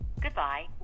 Goodbye